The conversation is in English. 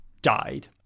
died